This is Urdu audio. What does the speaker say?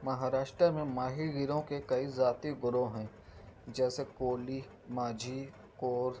مہاراشٹر میں ماہی گیروں کے کئی ذاتی گروہ ہیں جیسے کولی مانجھی کور